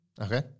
Okay